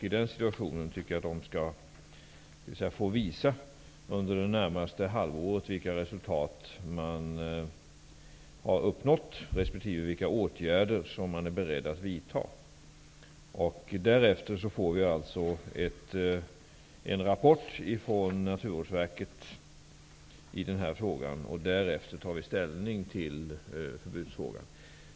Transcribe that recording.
I den situationen tycker jag att de under det närmaste halvåret skall få visa vilka resultat de har uppnått resp. vilka ågärder de är beredda att vidta. Därefter får vi en rapport från Naturvårdsverket i denna fråga, och därefter tar vi ställning till ett förbud.